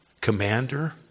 commander